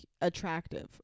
attractive